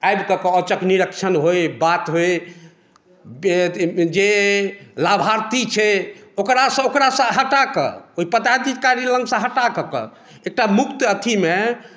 आबिके औचक निरीक्षण होय बात होय जे लाभार्थी छै ओकरासंँ ओकरासंँ हटा कऽ ओहि पदाधिकारी लगसंँ हटा कऽ कऽ एकटा मुक्त अथीमे